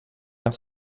nach